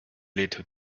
little